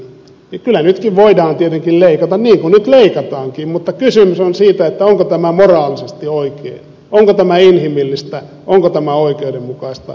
kyllä nytkin voidaan tietenkin leikata niin kuin nyt leikataankin mutta kysymys on siitä onko tämä moraalisesti oikein onko tämä inhimillistä onko tämä oikeudenmukaista